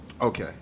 Okay